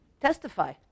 testify